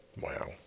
Wow